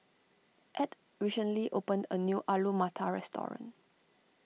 Edd recently opened a new Alu Matar restoring